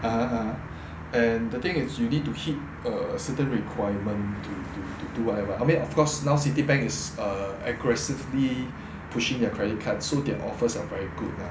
(uh huh) (uh huh) and the thing is you need to hit a certain requirement to do whatever I mean of course now citibank is aggressively pushing their credit card so their offers are very good lah